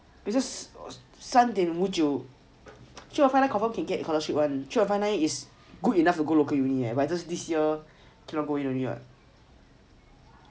business 三点五九 three point five nine confirm can get scholarship one three point five nine is good enough to go local uni just this year cannot go in only [what]